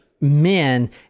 men